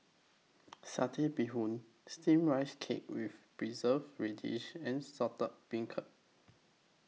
Satay Bee Hoon Steamed Rice Cake with Preserved Radish and Saltish Beancurd